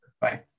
Bye